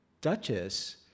Duchess